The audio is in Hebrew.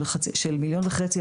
של מיליון וחצי,